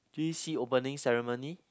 j_c opening ceremony